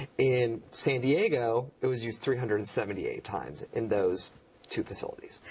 in san diego it was used three hundred and seventy eight times in those two facilities.